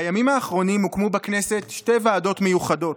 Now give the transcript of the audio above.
בימים האחרונים הוקמו בכנסת שתי ועדות מיוחדות